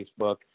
Facebook